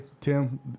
tim